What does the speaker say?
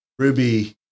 Ruby